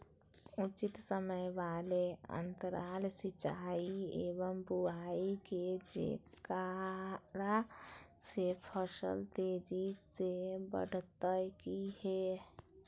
उचित समय वाले अंतराल सिंचाई एवं बुआई के जेकरा से फसल तेजी से बढ़तै कि हेय?